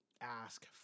Ask